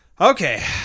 Okay